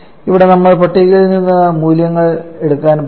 ഇവിടെ നമ്മൾ പട്ടികകളിൽ നിന്ന് നേരിട്ട് മൂല്യങ്ങൾ എടുക്കാൻ പോകുന്നു